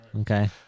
Okay